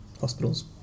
hospitals